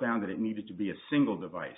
found that it needed to be a single device